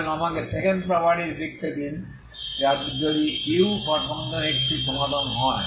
সুতরাং আমাকে second properties লিখতে দিন যদি uxt সমাধান হয়